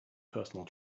personal